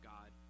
God